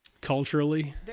culturally